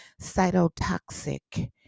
cytotoxic